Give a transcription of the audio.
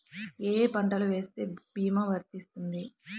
ఏ ఏ పంటలు వేస్తే భీమా వర్తిస్తుంది?